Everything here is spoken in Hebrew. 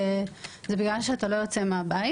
זה בגלל שאתה לא יוצא מהבית.